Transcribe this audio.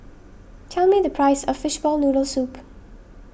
tell me the price of Fishball Noodle Soup